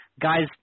guys